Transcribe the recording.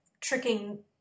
tricking